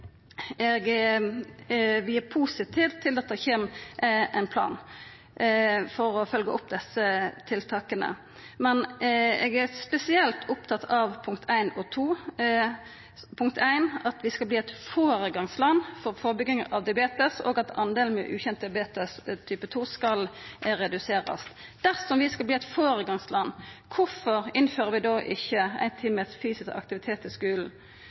vi er positive til at det kjem ein plan for å følgja opp desse tiltaka, men eg er spesielt opptatt av punkta nr. 1 og 2, om at vi skal verta eit føregangsland for førebygging av diabetes, og at omfanget av ukjent diabetes type 2 skal reduserast. Dersom vi skal verta eit føregangsland: Kvifor innfører ein då ikkje ein time fysisk aktivitet i skulen?